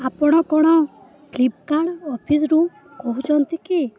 ଆପଣ କ'ଣ ଫ୍ଲିପକାର୍ଟ ଅଫିସ୍ରୁ କହୁଛନ୍ତି କି